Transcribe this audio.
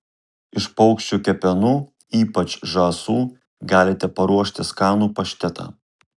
iš paukščių kepenų ypač žąsų galite paruošti skanų paštetą